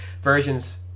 versions